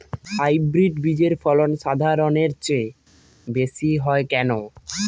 Hybrid বীজের ফলন সাধারণের চেয়ে বেশী হয় কেনো?